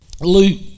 Luke